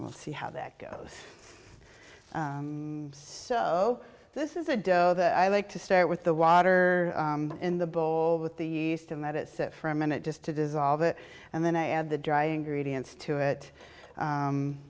we'll see how that goes so this is a dell that i like to start with the water in the bowl with the east and let it sit for a minute just to dissolve it and then i add the dry ingredients to it